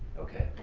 okay.